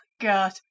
God